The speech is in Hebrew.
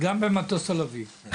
גם במטוס הלביא.